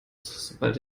sobald